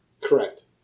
Correct